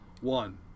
One